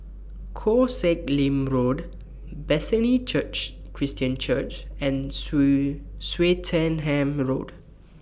Koh Sek Lim Road Bethany Church Christian Church and Swettenham Road